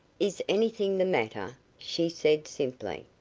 is anything the matter, she said simply.